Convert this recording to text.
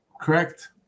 Correct